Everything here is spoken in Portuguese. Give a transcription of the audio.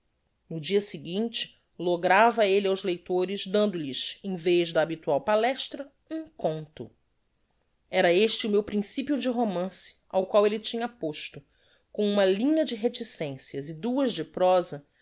no dia seguinte lograva elle aos leitores dando-lhes em vez da habitual palestra um conto era este o meu principio de romance ao qual elle tinha posto com uma linha de reticencias e duas de prosa